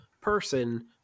person